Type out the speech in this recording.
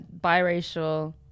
biracial